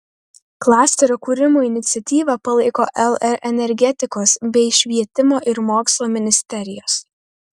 klasterio kūrimo iniciatyvą palaiko lr energetikos bei švietimo ir mokslo ministerijos